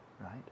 right